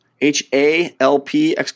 H-A-L-P